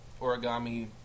origami